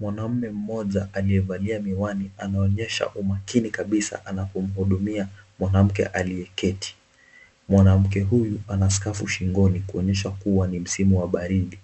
Mwanamme mmoja aliyevalia miwani anaonyesha umakini kabisa anapomuhudimia mwanamke aliyeketi. Mwanamke huyu ana skafu shingoni kuonyesha kuwa ni msimu wa baridi.